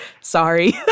Sorry